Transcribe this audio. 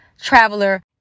traveler